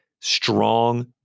strong